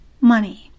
money